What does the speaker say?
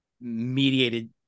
mediated